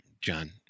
John